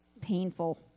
painful